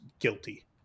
guilty